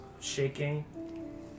shaking